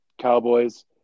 Cowboys